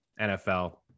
NFL